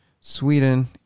Sweden